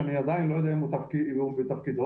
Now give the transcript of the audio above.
אני לא יודע אם הוא עדיין בתפקידו,